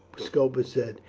scopus said,